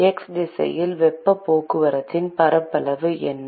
x திசையில் வெப்பப் போக்குவரத்தின் பரப்பளவு என்ன